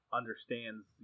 understands